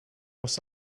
was